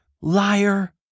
liar